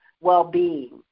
well-being